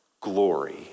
glory